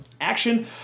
action